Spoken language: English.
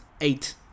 eight